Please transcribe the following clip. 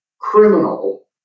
criminal